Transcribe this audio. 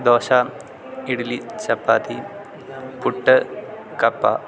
ദോശ ഇഡലി ചപ്പാത്തി പുട്ട് കപ്പ